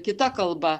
kita kalba